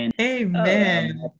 amen